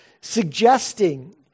Suggesting